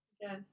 Yes